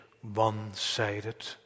one-sided